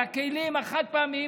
על הכלים החד-פעמיים,